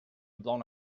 blown